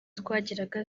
twagiraga